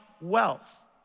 wealth